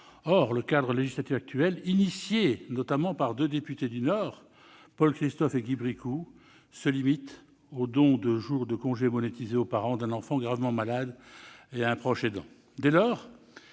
Or le cadre législatif actuel dû, notamment, à l'initiative de deux députés du Nord, Paul Christophe et Guy Bricout, se limite au don de jours de congé monétisés aux parents d'un enfant gravement malade et à un proche aidant.